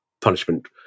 punishment